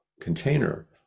container